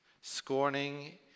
scorning